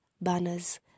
banners